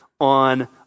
on